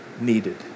needed